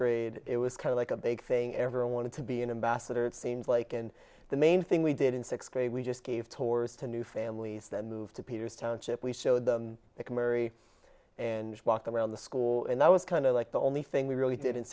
grade it was kind of like a big thing ever i wanted to be an ambassador seems like and the main thing we did in sixth grade we just gave tours to new families then move to peter's township we showed them they could marry and walk around the school and that was kind of like the only thing we really did in